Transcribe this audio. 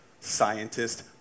scientist